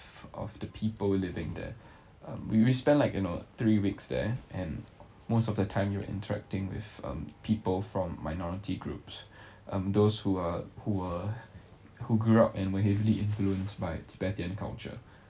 of the people living there uh we we spend like you know three weeks there and most of the time you're interacting with people from minority groups of those who are who uh who grew up and were heavily influenced by tibetan culture